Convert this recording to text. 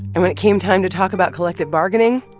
and when it came time to talk about collective bargaining